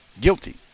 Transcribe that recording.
Guilty